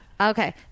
Okay